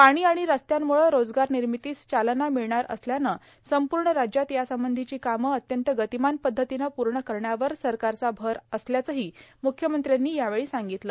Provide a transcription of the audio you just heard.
पाणी आणि रस्त्यांमुळे रोजगार निर्मितीस चालना मिळणार असल्यानेच संपूर्ण राज्यात यासंबंधीची कामे अत्यंत गतिमान पध्दतीने पूर्ण करण्यावर सरकारचा भर असल्याचही मुख्यमंत्री फडणवीस यांनी यावेळी स्पष्ट केले